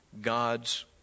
God's